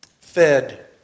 fed